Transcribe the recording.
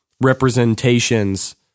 representations